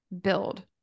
build